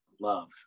love